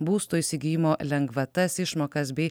būsto įsigijimo lengvatas išmokas bei